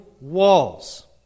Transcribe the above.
walls